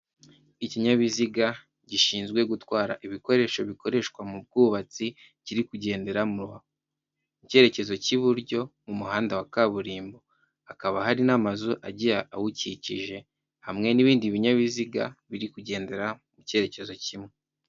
Ikinyabiziga gishinzwe gutwara ibikoresho bikoreshwa mu bwubatsi kiri kugendera mu icyekezo cy'iburyo, mu umuhanda wa kaburimbo hakaba hari n'amazu agiye awukikije hamwe n'ibindi binyabiziga biri kugendera mu cyerekezo kimwe.